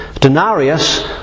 Denarius